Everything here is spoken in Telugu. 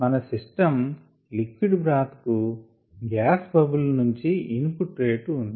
మన సిస్టం లిక్విడ్ బ్రాత్ కు గ్యాస్ బబుల్స్ నుంచి ఇన్ ఫుట్ రేట్ ఉంది